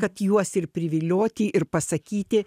kad juos ir privilioti ir pasakyti